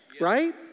Right